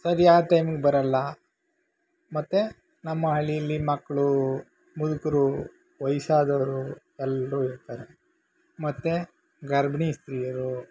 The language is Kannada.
ಸರಿಯಾದ ಟೈಮಿಗೆ ಬರೋಲ್ಲ ಮತ್ತು ನಮ್ಮ ಹಳ್ಳಿಯಲ್ಲಿ ಮಕ್ಕಳು ಮುದುಕರು ವಯಸ್ಸಾದವ್ರು ಎಲ್ಲರೂ ಇರ್ತಾರೆ ಮತ್ತು ಗರ್ಭಿಣಿ ಸ್ತ್ರೀಯರು